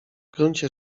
gruncie